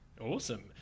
Awesome